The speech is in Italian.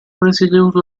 presieduto